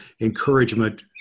encouragement